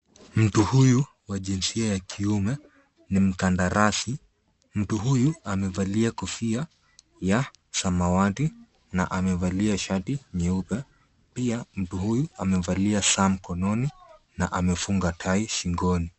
Mtu huyu wa jinsia ya kiume ni mkadarasi. Mtu huyu amevalia kofia ya samawati na amevalia shati nyeupe. Pia mtu huyu amevalia saa mkononi na amefunga tai shingoni.